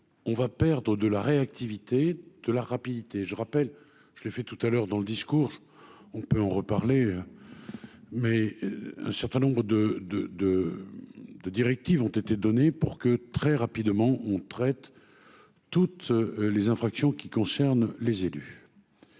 on va perdre de la réactivité de la rapidité, je rappelle, je le fais tout à l'heure dans le discours, on peut en reparler, mais un certain nombre de, de, de, de directives ont été données pour que très rapidement on traite toutes les infractions qui concernent les élus.